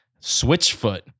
Switchfoot